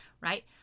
right